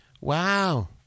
Wow